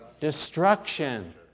destruction